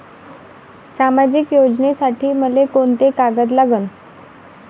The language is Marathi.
सामाजिक योजनेसाठी मले कोंते कागद लागन?